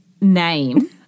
name